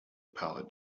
pallet